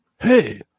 hey